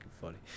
funny